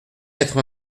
quatre